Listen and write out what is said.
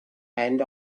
and